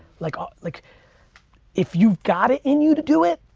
like ah like if you've got it in you to do it,